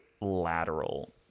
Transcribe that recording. lateral